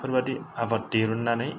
बेफोरबादि आबाद दिरुननानै